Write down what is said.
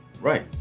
Right